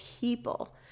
people